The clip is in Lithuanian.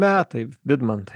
metai vidmantai